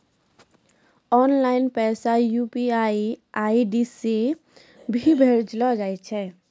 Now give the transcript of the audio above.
online पैसा UPI ID से भी भेजलो जाय छै